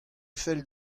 fell